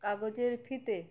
কাগজের ফিতে